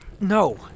No